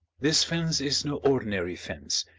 this fence is no ordinary fence,